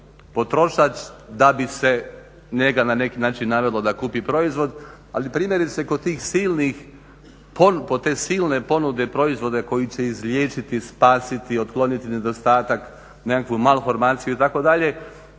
potrošač da bi se njega na neki način navelo da kupi proizvod. Ali primjerice kod tih silnih, te silne ponude proizvoda koji će izliječiti, spasiti, otkloniti nedostatak, nekakvu malu formaciju itd.